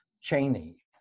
Cheney